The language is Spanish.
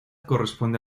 corresponde